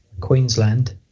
Queensland